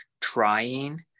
trying